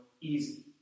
easy